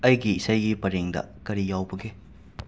ꯑꯩꯒꯤ ꯏꯁꯩꯒꯤ ꯄꯔꯦꯡꯗ ꯀꯔꯤ ꯌꯥꯎꯕꯒꯦ